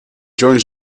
joins